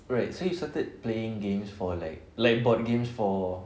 right so you started playing games for like like board games for